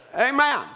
Amen